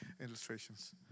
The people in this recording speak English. illustrations